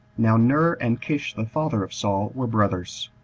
now ner, and kish the father of saul, were brothers.